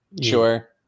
sure